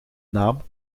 naam